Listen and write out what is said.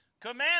command